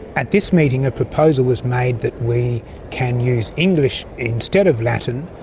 at this meeting a proposal was made that we can use english instead of latin,